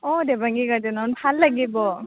অঁ দেবাংগী গাৰ্ডেনত ভাল লাগিব